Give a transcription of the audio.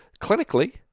clinically